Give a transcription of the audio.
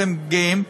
אתם גאים.